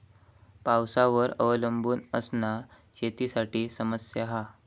पावसावर अवलंबून असना शेतीसाठी समस्या हा